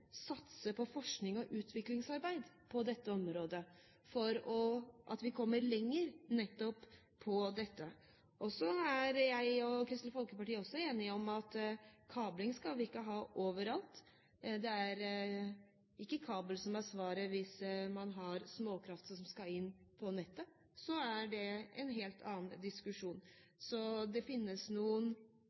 satse på forsknings- og utviklingsarbeid på dette området for å komme lenger nettopp på dette. Jeg og Kristelig Folkeparti er også enig i at kabling skal vi ikke ha overalt. Det er ikke kabel som er svaret hvis man har småkraft som skal inn på nettet. Da er det en helt annen diskusjon. Så det finnes noen